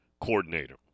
coordinator